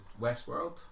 Westworld